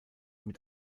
mit